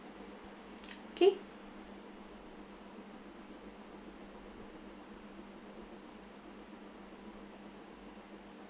okay